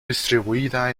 distribuida